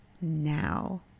now